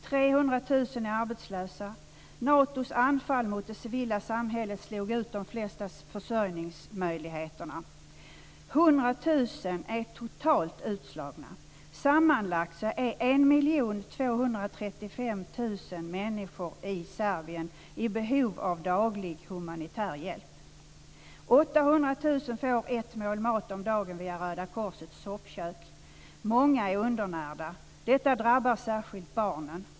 300 000 är arbetslösa. Natos anfall mot det civila samhället slog ut de flesta försörjningsmöjligheterna. 100 000 är totalt utslagna. Sammanlagt är 1 235 000 människor i får ett mål mat om dagen via Röda korsets soppkök. Många är undernärda. Detta drabbar särskilt barnen.